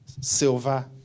silver